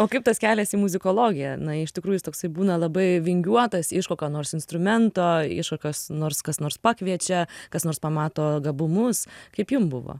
o kaip tas kelias į muzikologiją na iš tikrųjų jis toksai būna labai vingiuotas iš kokio nors instrumento iš kokios nors kas nors pakviečia kas nors pamato gabumus kaip jum buvo